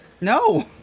No